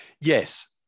Yes